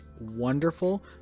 wonderful